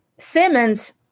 Simmons